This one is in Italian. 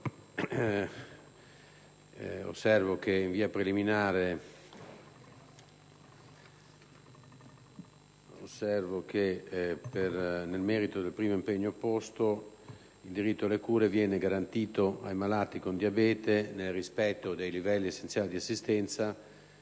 osservo quanto segue. Nel merito del primo impegno posto, il diritto alle cure viene garantito ai malati con diabete, nel rispetto dei livelli essenziali di assistenza